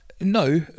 No